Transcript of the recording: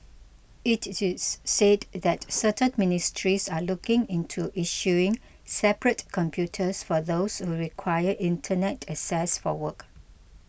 it it is said that certain ministries are looking into issuing separate computers for those who require Internet access for work